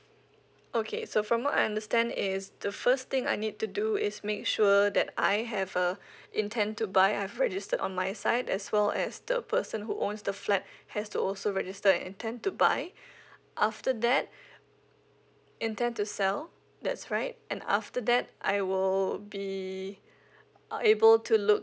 okay so from what I understand is the first thing I need to do is make sure that I have uh intend to buy I've registered on my side as well as the person who owns the flat has to also register intend to buy after that intend to sell that's right and after that I will be able to look